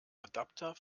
adapter